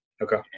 Okay